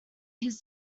his